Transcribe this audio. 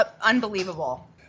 Unbelievable